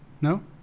No